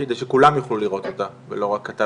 כדי שכולם יוכלו לראות אותה ולא רק אתה,